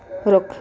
ਰੁੱਖ